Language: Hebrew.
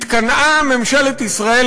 התקנאה ממשלת ישראל,